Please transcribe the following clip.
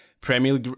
Premier